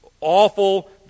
awful